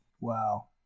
Wow